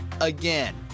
again